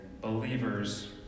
believers